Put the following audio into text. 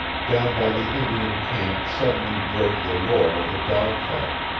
down by the indian camp suddenly broke the roar of a dog-fight.